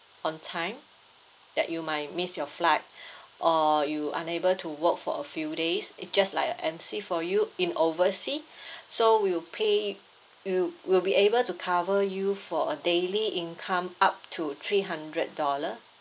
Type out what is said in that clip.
on time that you might miss your flight or you unable to work for a few days it just like an M_C for you in oversea so we'll pay we'll we'll be able to cover you for a daily income up to three hundred dollar